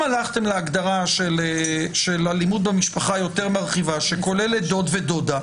אם הלכתם להגדרה יותר מרחיבה של אלימות במשפחה שכוללת דוד ודודה,